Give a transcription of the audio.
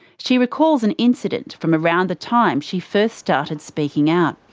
she recalls an incident from around the time she first started speaking out.